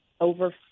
over